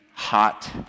hot